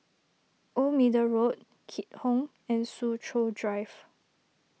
Old Middle Road Keat Hong and Soo Chow Drive